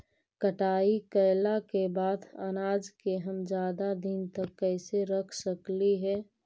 कटाई कैला के बाद अनाज के हम ज्यादा दिन तक कैसे रख सकली हे?